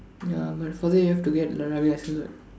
ya but further you have to get the driving license what